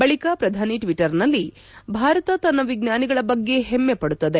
ಬಳಕ ಪ್ರಧಾನಿ ಟ್ಲಟ್ಲರ್ನಲ್ಲಿ ಭಾರತ ತನ್ನ ವಿಜ್ವಾನಿಗಳ ಬಗ್ಗೆ ಹೆಮ್ಗೆ ಪಡುತ್ತದೆ